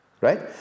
right